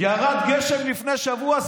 ירד גשם לפני שבוע?